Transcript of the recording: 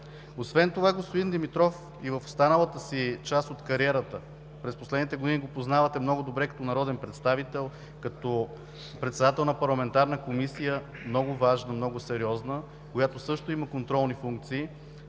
Освен това господин Димитров и в останалата част от кариерата си, през последните години го познавате много добре като народен представител, като председател на парламентарна комисия – много важна, много сериозна, която също има контролни функции,